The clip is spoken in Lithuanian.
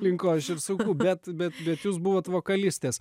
link ko aš ir suku bet bet bet jūs buvot vokalistės